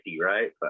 right